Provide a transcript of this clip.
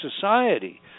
society